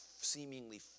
seemingly